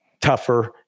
tougher